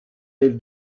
del